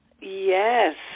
Yes